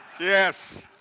Yes